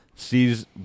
sees